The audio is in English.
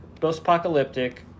post-apocalyptic